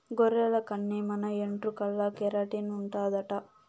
గొర్రెల కన్ని మన ఎంట్రుకల్ల కెరటిన్ ఉండాదట